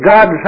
God